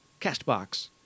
Castbox